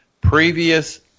previous